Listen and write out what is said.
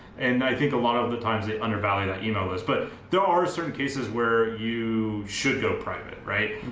and i think a lot of the times they under value that email list. but there are certain cases where you should go private, right.